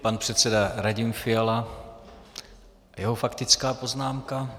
Pan předseda Radim Fiala a jeho faktická poznámka.